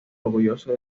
orgulloso